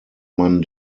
man